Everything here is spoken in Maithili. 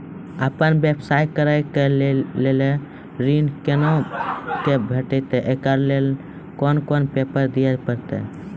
आपन व्यवसाय करै के लेल ऋण कुना के भेंटते एकरा लेल कौन कौन पेपर दिए परतै?